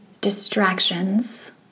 distractions